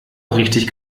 richtig